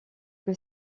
que